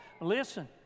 Listen